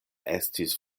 estis